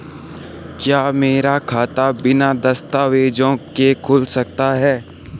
क्या मेरा खाता बिना दस्तावेज़ों के खुल सकता है?